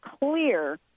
clear